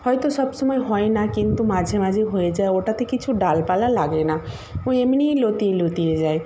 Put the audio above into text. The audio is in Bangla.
হয়তো সব সময় হয় না কিন্তু মাঝে মাঝে হয়ে যায় ওটাতে কিছু ডালপালা লাগে না ও এমনিই লতিয়ে লতিয়ে যায়